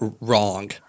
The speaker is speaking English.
wrong